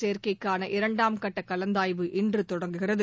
சேர்க்கைக்கான இரண்டாம் கட்டகலந்தாய்வு இன்றுதொடங்குகிறது